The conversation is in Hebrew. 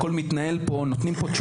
הכול מתנהל פה עם תשובות,